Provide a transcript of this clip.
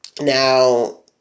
Now